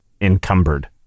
encumbered